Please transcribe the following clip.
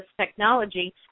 technology